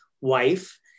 wife